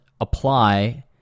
apply